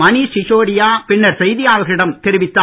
மணிஷ் சிசோடியா பின்னர் செய்தியாளர்களிடம் தெரிவித்தார்